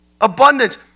abundance